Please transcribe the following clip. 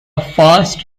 fast